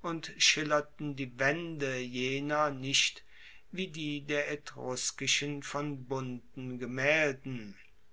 und schillerten die waende jener nicht wie die der etruskischen von bunten gemaelden